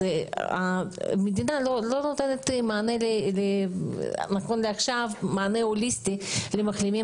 זקוקים למענה מתאים כאשר הם מחלימים